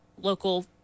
local